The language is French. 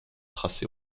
tracé